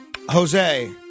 Jose